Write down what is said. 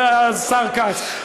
השר כץ,